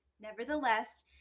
Nevertheless